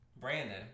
Brandon